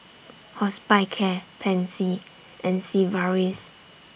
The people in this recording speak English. Hospicare Pansy and Sigvaris